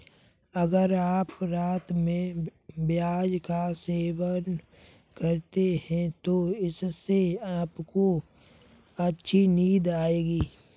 अगर आप रात में प्याज का सेवन करते हैं तो इससे आपको अच्छी नींद आएगी